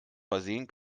versehen